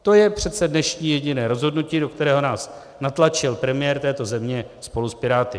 To je přece dnešní jediné rozhodnutí, do kterého nás natlačil premiér této země spolu s Piráty.